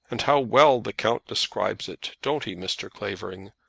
and how well the count describes it, don't he, mr. clavering?